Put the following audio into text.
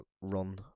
run